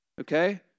Okay